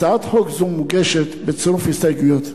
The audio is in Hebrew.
הצעת חוק זו מוגשת בצירוף הסתייגויות.